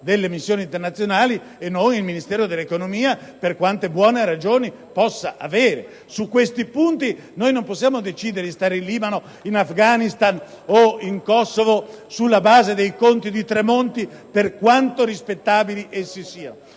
delle missioni internazionali e non il Ministero dell'economia, per quante buone ragioni possa avere! Non possiamo decidere di restare in Libano, in Afghanistan o in Kosovo sulla base dei conti di Tremonti - per quanto rispettabili essi siano